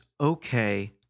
okay